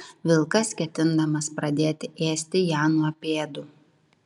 vilkas ketindamas pradėti ėsti ją nuo pėdų